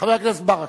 חבר הכנסת ברכה.